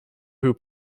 who